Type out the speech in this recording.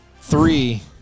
Three